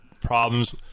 problems